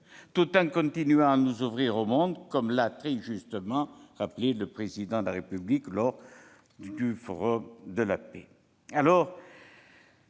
tout en continuant à nous ouvrir au monde, comme l'a très justement rappelé le Président de la République au Forum de la paix.